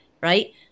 right